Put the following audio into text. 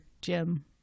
Jim